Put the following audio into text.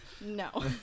No